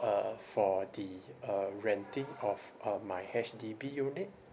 uh for the uh renting of uh my H_D_B unit